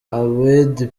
abedi